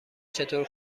چطور